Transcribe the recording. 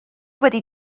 wedi